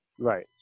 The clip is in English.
Right